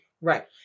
Right